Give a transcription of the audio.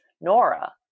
nora